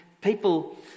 people